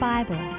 Bible